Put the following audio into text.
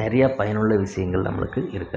நிறைய பயனுள்ள விஷயங்கள் நம்மளுக்கு இருக்கிறது